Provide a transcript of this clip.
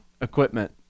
equipment